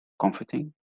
comforting